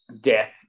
death